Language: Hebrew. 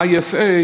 IFA,